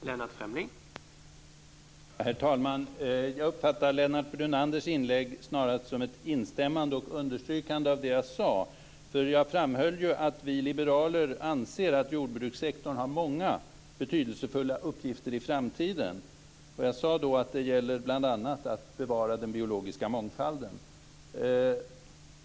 Herr talman! Jag uppfattar Lennart Brunanders inlägg snarast som ett instämmande i och understrykande av det som jag sade. Jag framhöll ju att vi liberaler anser att jordbrukssektorn har många betydelsefulla uppgifter i framtiden. Jag sade att det bl.a. gäller att bevara den biologiska mångfalden.